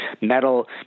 metal